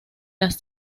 las